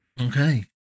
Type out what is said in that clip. Okay